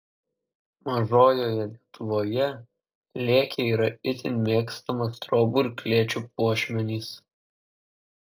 mažojoje lietuvoje lėkiai yra itin mėgstamas trobų ir klėčių puošmenys